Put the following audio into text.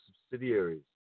subsidiaries